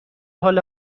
حال